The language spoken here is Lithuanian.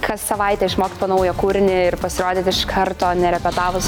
kas savaitę išmokt po naują kūrinį ir pasirodyt iš karto nerepetavus